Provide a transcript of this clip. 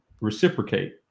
reciprocate